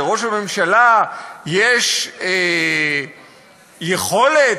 לראש הממשלה יש יכולת,